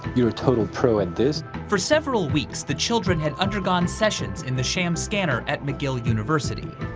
you're a total pro at this. for several weeks, the children had undergone sessions in the sham scanner at mcgill university.